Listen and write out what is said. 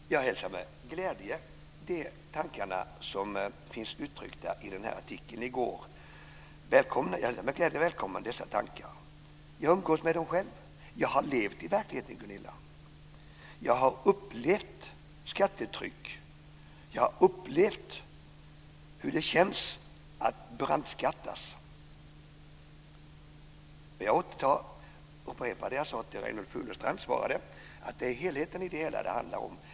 Fru talman! Jag hälsar med glädje de tankar som finns uttryckta i den här artikeln från i går. Jag välkomnar dessa tankar. Jag umgås med dem själv. Jag har levt i verkligheten, Gunilla. Jag har upplevt skattetryck. Jag har upplevt hur det känns att brandskattas. Jag upprepar det jag sade till Reynoldh Furustrand: Det är helheten det handlar om.